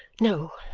no.